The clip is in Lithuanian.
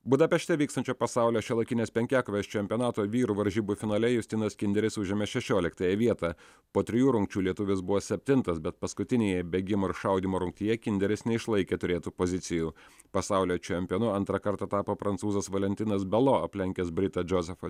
budapešte vykstančio pasaulio šiuolaikinės penkiakovės čempionato vyrų varžybų finale justinas kinderis užėmė šešioliktąją vietą po trijų rungčių lietuvis buvo septintas bet paskutinėje bėgimo ir šaudymo rungtyje kinderis neišlaikė turėtų pozicijų pasaulio čempionu antrą kartą tapo prancūzas valentinas belo aplenkęs britą džozefą